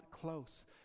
close